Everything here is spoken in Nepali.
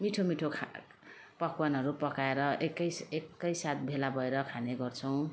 मिठो मिठो खा पकवानहरू पकाएर एकै एकैसाथ भेला भएर खाने गर्छौँ